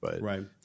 Right